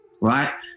right